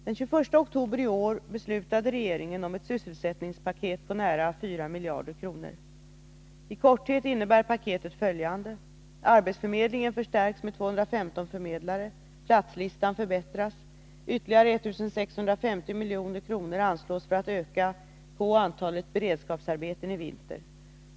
Den 21 oktober i år beslutade regeringen om ett sysselsättningspaket på nära 4 miljarder kronor. I korthet innebär paketet följande: Arbetsförmedlingen förstärks med 215 förmedlare. Platslistan förbättras. Ytterligare 1 650 milj.kr. anslås för att öka på antalet beredskapsarbeten i vinter.